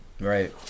right